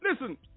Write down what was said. listen